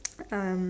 um